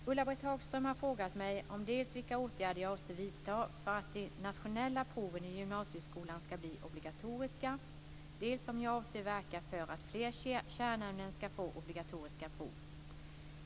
Fru talman! Ulla-Britt Hagström har frågat mig dels vilka åtgärder jag avser att vidta för att de nationella proven i gymnasieskolan ska bli obligatoriska, dels om jag avser att verka för att fler kärnämnen ska få obligatoriska prov.